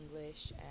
English